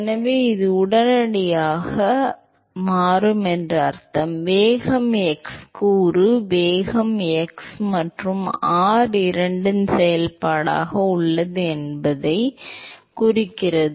எனவே இது உடனடியாக அர்த்தம் எனவே வேகம் x கூறு வேகம் இப்போது x மற்றும் r இரண்டின் செயல்பாடாக உள்ளது என்பதை இது உடனடியாகக் குறிக்கிறது